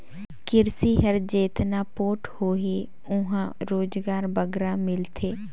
किरसी हर जेतना पोठ होही उहां रोजगार बगरा मिलथे